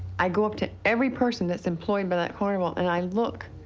i go up to every person that's employed by that carnival, and i look